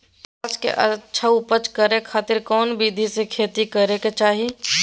प्याज के अच्छा उपज करे खातिर कौन विधि से खेती करे के चाही?